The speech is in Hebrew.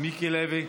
מיקי לוי.